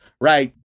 right